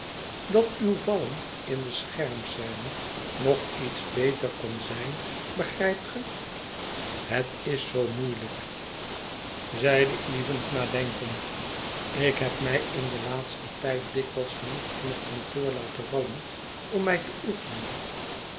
dat uw vallen in de schermscene nog iets beter kon zijn begrijpt ge het is zoo moeielijk zeide evans nadenkend ik heb mij in den laatsten tijd dikwijls genoeg in het kantoor laten vallen om mij te oefenen